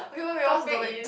topic is